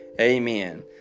Amen